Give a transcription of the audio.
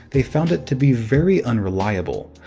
they found it to be very unreliable.